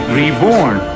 reborn